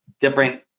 different